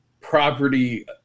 property